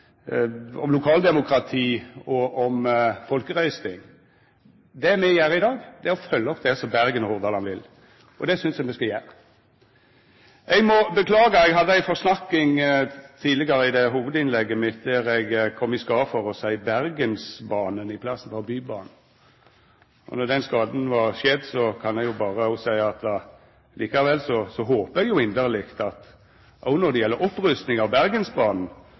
me gjer no, er å følgja opp det som Bergen og Hordaland vil. Det synest eg me skal gjera. Eg må beklaga: Eg hadde ei forsnakking i hovudinnlegget mitt, der eg kom i skade for å seia Bergensbanen i staden for Bybanen. Og når den skaden er skjedd, kan eg jo seia at likevel håpar eg inderleg at også når det gjeld opprusting av Bergensbanen,